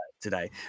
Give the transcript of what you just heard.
today